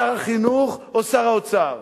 שר החינוך או שר האוצר.